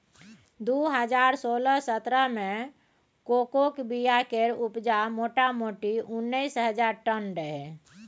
दु हजार सोलह सतरह मे कोकोक बीया केर उपजा मोटामोटी उन्नैस हजार टन रहय